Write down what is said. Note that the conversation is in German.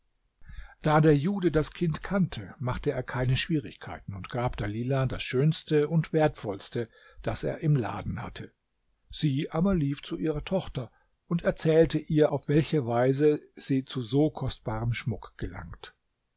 da der jude das kind kannte machte er keine schwierigkeiten und gab dalilah das schönste und wertvollste das er im laden hatte sie aber lief zu ihrer tochter und erzählte ihr auf welche weise sie zu so kostbarem schmuck gelangt